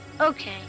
okay